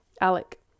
Alec